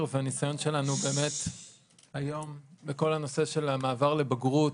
והניסיון שלנו באמת היום בכל הנושא של המעבר לבגרות,